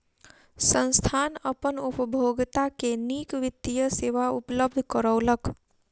संस्थान अपन उपभोगता के नीक वित्तीय सेवा उपलब्ध करौलक